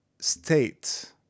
state